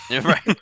Right